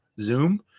Zoom